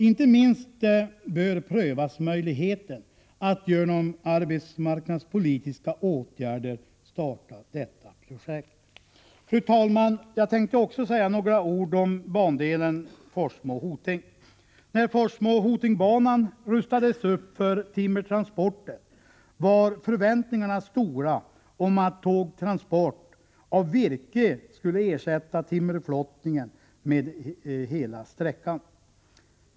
Inte minst bör prövas möjligheten att genom arbetsmarknadspolitiska åtgärder starta detta projekt. Fru talman! Jag tänkte också säga några ord om bandelen Forsmo-Hoting. När Forsmo-Hoting-banan rustades upp för timmertransporter, var förväntningarna stora om att tågtransport av virke skulle ersätta timmerflottningen längs hela sträckan.